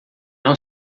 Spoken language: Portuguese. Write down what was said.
não